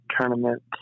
tournament